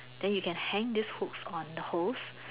then you can hang this hooks on the holes